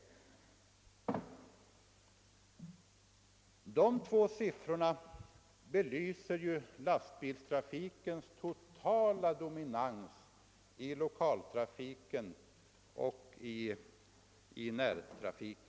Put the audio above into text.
De två siffrorna belyser lastbilstrafikens totala dominans i närtrafik och lokaltrafik.